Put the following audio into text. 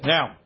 Now